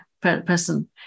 person